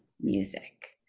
music